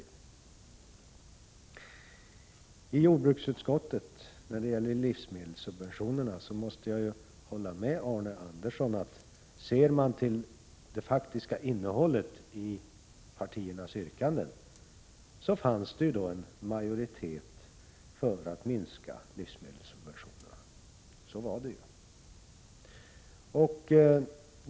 När det gäller jordbruksutskottets behandling av förslaget om livsmedelssubventioner måste jag hålla med Arne Andersson i Ljung. Ser man till det faktiska innehållet i partiernas yrkanden fanns det en majoritet för att minska livsmedelssubventionerna. Så var det.